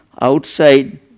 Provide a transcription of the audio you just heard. outside